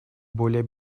более